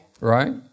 Right